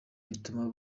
bituma